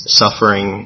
suffering